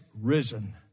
risen